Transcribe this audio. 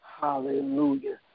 Hallelujah